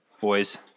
boys